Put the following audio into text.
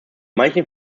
manchen